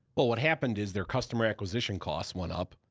well, what happened is their customer acquisition costs went up,